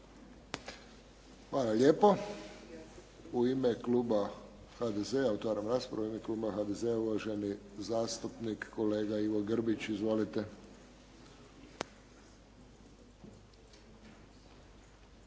raspravu. U ime kluba HDZ-a uvaženi zastupnik kolega Ivo Grbić. Izvolite.